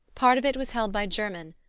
part of it was held by german,